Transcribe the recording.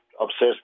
obsessed